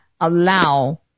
allow